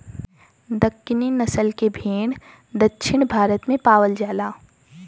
दक्कनी नसल के भेड़ दक्षिण भारत में पावल जाला